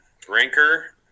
Drinker